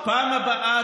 אז בפעם הבאה,